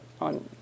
on